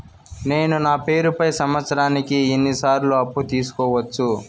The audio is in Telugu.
నేను నా పేరుపై సంవత్సరానికి ఎన్ని సార్లు అప్పు తీసుకోవచ్చు?